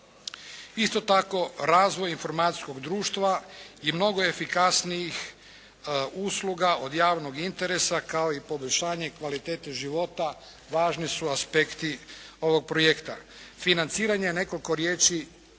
Isto tako, razvoj informacijskog društva i mnogo efikasnijih usluga od javnog interesa, kao i poboljšanje kvalitete života važni su aspekti ovog projekta. Financiranje, nekoliko riječi